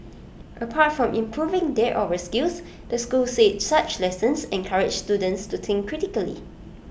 apart from improving their oral skills the school said such lessons encourage students to think critically